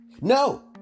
No